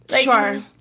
Sure